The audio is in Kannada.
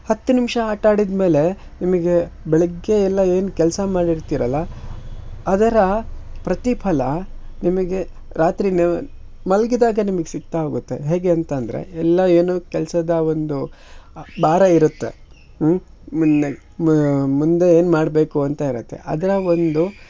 ಹತ್ತು ನಿಮಿಷ ಆಟಾಡಿದ ಮೇಲೆ ನಿಮಗೆ ಬೆಳಿಗ್ಗೆ ಎಲ್ಲ ಏನು ಕೆಲಸ ಮಾಡಿರ್ತೀರಲ್ಲ ಅದರ ಪ್ರತಿಫಲ ನಿಮಗೆ ರಾತ್ರಿ ನ್ ಮಲಗಿದಾಗ ನಿಮಿಗೆ ಸಿಗ್ತಾ ಹೋಗತ್ತೆ ಹೇಗೆ ಅಂತಂದರೆ ಎಲ್ಲ ಏನು ಕೆಲಸದ ಒಂದು ಭಾರ ಇರತ್ತೆ ಮುಂದೆ ಮುಂದೆ ಏನು ಮಾಡಬೇಕು ಅಂತ ಇರತ್ತೆ ಅದರ ಒಂದು